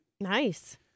Nice